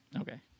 Okay